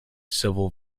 civil